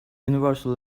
universal